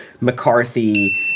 McCarthy